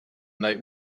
night